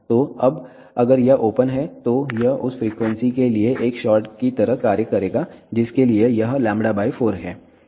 तो अब अगर यह ओपन है तो यह उस फ्रीक्वेंसी के लिए एक शॉर्ट की तरह कार्य करेगा जिसके लिए यह λ 4 है